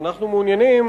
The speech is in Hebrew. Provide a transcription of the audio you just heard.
אנחנו מעוניינים